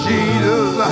Jesus